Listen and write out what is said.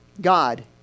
God